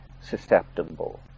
susceptible